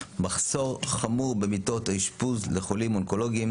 מחסור חמור במיטות האשפוז לחולים אונקולוגים,